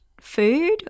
food